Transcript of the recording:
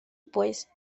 pues